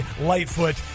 Lightfoot